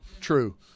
true